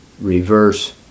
reverse